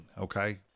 okay